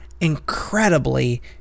incredibly